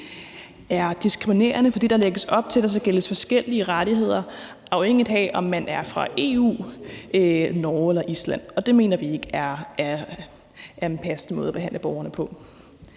er diskriminerende, fordi der lægges op til, at der skal gælde forskellige rettigheder, afhængigt af om man er fra EU, Norge eller Island, og det mener vi ikke er en passende måde at behandle borgerne på.